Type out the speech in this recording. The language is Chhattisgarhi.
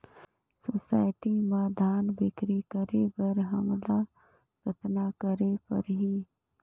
सोसायटी म धान बिक्री करे बर हमला कतना करे परही?